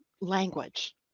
language